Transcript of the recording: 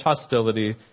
hostility